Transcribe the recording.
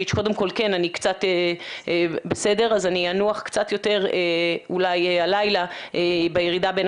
אני אנוח קצת יותר אולי הלילה בירידה בין